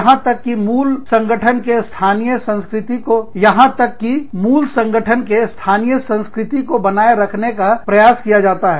और यहां तक कि यदि मूल संगठन के स्थानीय संस्कृति को बनाए रखने का प्रयास किया जाता है